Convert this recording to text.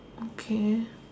okay